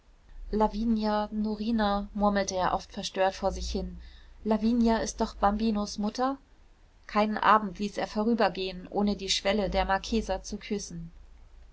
lavinia norina murmelte er oft verstört vor sich hin lavinia ist doch bambinos mutter keinen abend ließ er vorübergehen ohne die schwelle der marchesa zu küssen